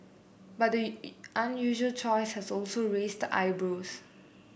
but the unusual choice has also raised the eyebrows